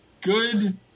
Good